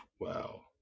wow